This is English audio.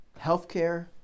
healthcare